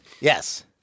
Yes